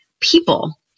people